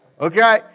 Okay